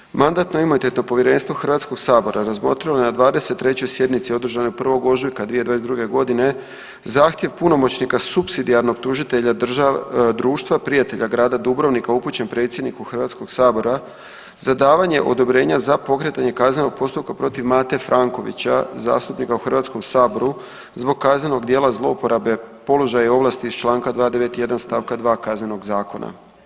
I treće, Mandatno-imunitetno povjerenstvo Hrvatskog sabora razmotrilo je na 23. sjednici održanoj 1. ožujka 2022. godine zahtjev punomoćnika supsidijarnog tužitelja Društva prijatelja grada Dubrovnika upućen predsjedniku Hrvatskog sabora za davanje odobrenja za pokretanje kaznenog postupka protiv Mate Frankovića zastupnika u Hrvatskom saboru zbog kaznenog djela zlouporabe položaja i ovlasti iz Članka 291. stavka 2. Kaznenog zakona.